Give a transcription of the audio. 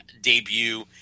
debut